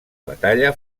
batalla